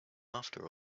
after